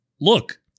look